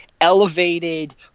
elevated